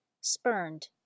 spurned